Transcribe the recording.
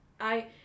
I-